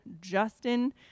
Justin